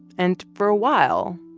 and for a while,